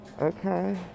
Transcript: Okay